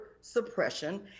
suppression